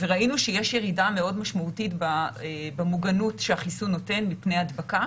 וראינו שיש ירידה מאוד משמעותית במוגנות שהחיסון נותן מפני הדבקה.